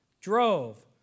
drove